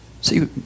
See